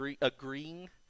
agreeing